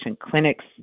clinics